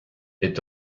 est